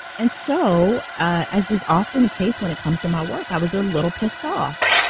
and so ah as is often the case when it comes to my work, i was a little pissed off.